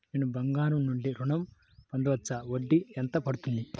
నేను బంగారం నుండి ఋణం పొందవచ్చా? వడ్డీ ఎంత పడుతుంది?